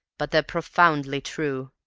but they're profoundly true.